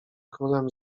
królem